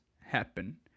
happen